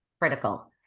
critical